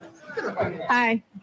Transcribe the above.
hi